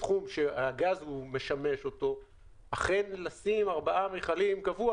בתחום שהגז משמש אותו לשים ארבעה מכלים קבוע.